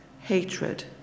hatred